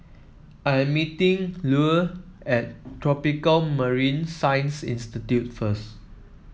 I am meeting Lue at Tropical Marine Science Institute first